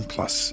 Plus